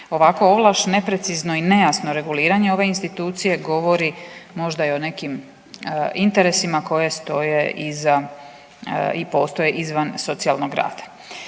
Ovako ovlaš neprecizno i nejasno reguliranje ove institucije govori možda i o nekim interesima koji stoje iza i postoje izvan socijalnog rada.